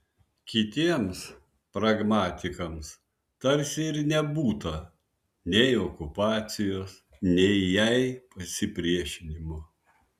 kitiems pragmatikams tarsi ir nebūta nei okupacijos nei jai pasipriešinimo